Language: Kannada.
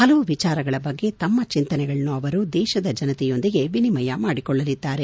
ಹಲವು ವಿಚಾರಗಳ ಬಗ್ಗೆ ತಮ್ಮ ಚಿಂತನೆಗಳನ್ನು ಅವರು ದೇಶದ ಜನತೆಯೊಂದಿಗೆ ವಿನಿಮಯ ಮಾಡಿಕೊಳ್ಳಲಿದ್ದಾರೆ